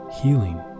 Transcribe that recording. healing